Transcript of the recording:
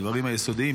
הדברים היסודיים,